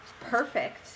perfect